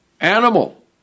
animal